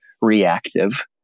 reactive